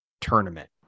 tournament